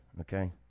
okay